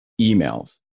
emails